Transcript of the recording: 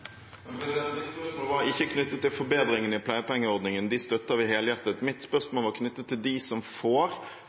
Mitt spørsmål var ikke knyttet til forbedringene i pleiepengeordningen, disse støtter vi helhjertet. Mitt spørsmål var knyttet til dem som får